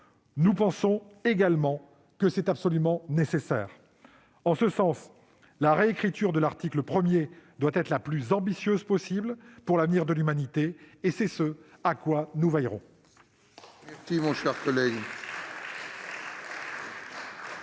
Nous pensons que c'est absolument nécessaire. De ce fait, la réécriture de l'article 1 doit être la plus ambitieuse possible pour l'avenir de l'humanité. Nous y veillerons.